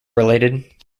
related